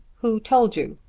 who told you?